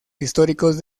históricos